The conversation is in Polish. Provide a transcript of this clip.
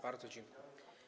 Bardzo dziękuję.